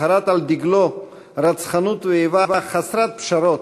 שחרת על דגלו רצחנות ואיבה חסרת פשרות,